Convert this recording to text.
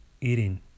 eating